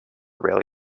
rail